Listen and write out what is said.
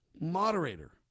moderator